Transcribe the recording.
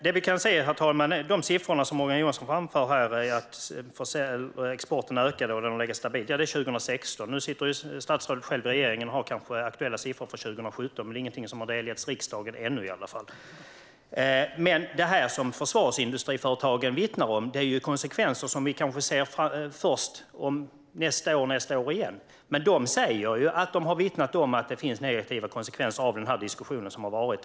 De siffror som Morgan Johansson tar upp här om att exporten ökar eller ligger på en stabil nivå gäller 2016. Nu sitter statsrådet själv i regeringen och har kanske aktuella siffror för 2017, men de har ännu inte delgetts riksdagen. Det som försvarsföretagen vittnar om är ju konsekvenser som visar sig först nästa år eller nästnästa år. Men försvarsföretagen har vittnat om att det finns negativa konsekvenser av den diskussion som har förts.